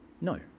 No